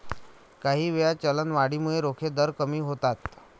काहीवेळा, चलनवाढीमुळे रोखे दर कमी होतात